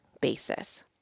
basis